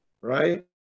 right